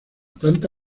planta